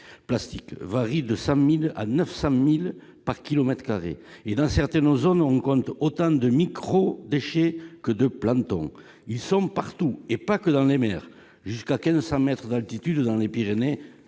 plastiques varie de 5000 à 900000 par kilomètre carré et d'certaines ozone on compte autant de micro-déchets que de plaintes ont ils sont partout, et pas que dans les mers jusqu'à nous sommes maîtres d'altitude dans les Pyrénées